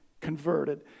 converted